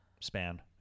span